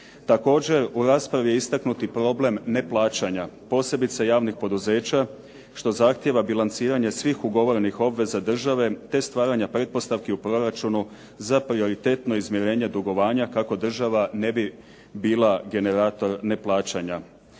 Također u raspravi je istaknuti i problem neplaćanja, posebice javnih poduzeća što zahtijeva bilanciranje svih ugovorenih obveza države te stvaranja pretpostavki u proračunu za prioritetno izmirenje dugovanja kako država ne bi bila generator neplaćanja.